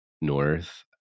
north